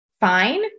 fine